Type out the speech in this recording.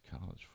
College